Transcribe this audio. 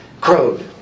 crowed